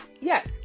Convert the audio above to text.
yes